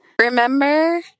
Remember